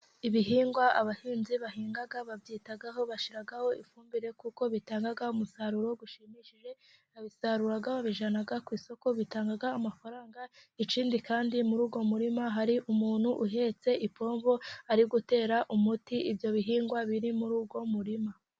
Ibihingwa abahinzi bahinga babyitaho bashyiraho ifumbire kuko bitanga umusaruro ushimishije. Barabisarura, bakabijyana ku isoko, bigatanga amafaranga. Ikindi kandi muri uwo murima, hari umuntu uhetse ipombo ari gutera umuti ibyo bihingwa biri muri uwo murima.